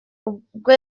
ubwo